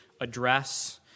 address